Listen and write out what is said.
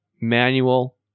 manual